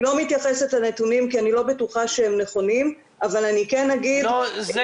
אני לא מתייחסת לנתונים כי אני לא בטוחה שהם